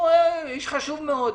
והוא איש חשוב מאוד.